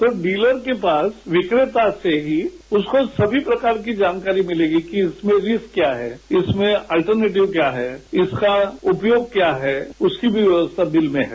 पर डीलर के पास विक्रेता से ही उसको सभी प्रकार की जानकारी मिलेगी कि इसमें रिस्क क्या है इसमें अल्टर्नेटिव क्या है इसका उपयोग क्या है उसकी भी व्यवस्था बिल में है